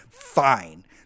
Fine